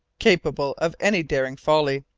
capable of any daring folly.